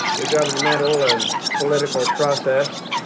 the governmental and political process,